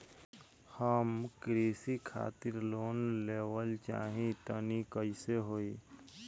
हम कृषि खातिर लोन लेवल चाहऽ तनि कइसे होई?